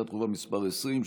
שאילתה דחופה מס' 20,